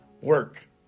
work